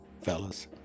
Fellas